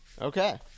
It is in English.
Okay